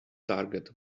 target